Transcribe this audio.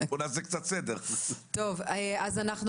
בואו נעשה